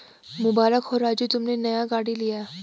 मुबारक हो राजू तुमने नया गाड़ी लिया